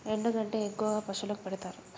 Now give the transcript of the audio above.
ఎండు గడ్డి ఎక్కువగా పశువులకు పెడుతారు